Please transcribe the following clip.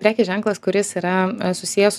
prekės ženklas kuris yra susijęs